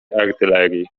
artylerii